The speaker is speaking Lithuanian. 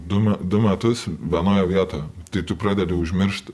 du me du metus vienoj vietoj tai tu pradedi užmiršt